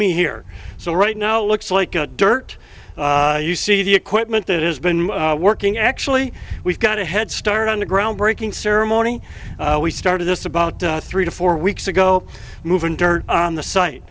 me here so right now it looks like a dirt you see the equipment that has been working actually we've got a head start on the ground breaking ceremony we started this about three to four weeks ago moving dirt on the site